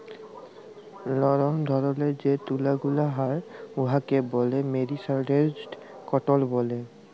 লরম ধরলের যে তুলা গুলা হ্যয় উয়াকে ব্যলে মেরিসারেস্জড কটল ব্যলে